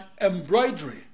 embroidery